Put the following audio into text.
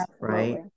Right